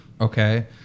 Okay